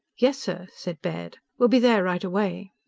yes, sir, said baird. we'll be there right away.